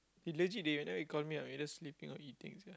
if legit they at night they call me I'm either sleeping or eating sia